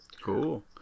Cool